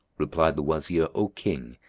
replied the wazir, o king!